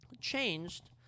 changed